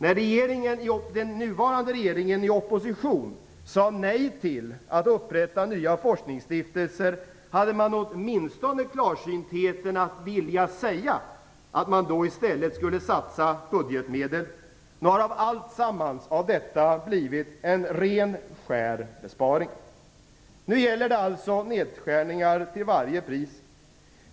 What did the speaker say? När den nuvarande regeringen i opposition sade nej till att upprätta nya forskningsstiftelser, hade man åtminstone klarsynen att vilja säga att man då i stället skulle satsa budgetmedel. Nu har av alltsammans blivit en ren och skär besparing. Nu gäller det alltså nedskärningar till varje pris.